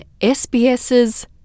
SBS's